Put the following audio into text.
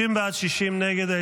50 בעד, 60 נגד.